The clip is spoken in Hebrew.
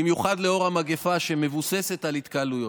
במיוחד לנוכח מגפה שמבוססת על התקהלויות.